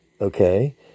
okay